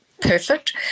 perfect